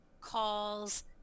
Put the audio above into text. calls